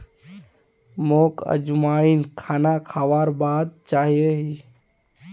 मोक अजवाइन खाना खाबार बाद चाहिए ही